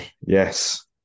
yes